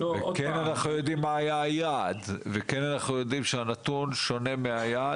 כן אנחנו יודעים מה היעד וכן אנחנו יודעים שהנתון שונה מהיעד,